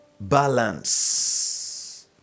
balance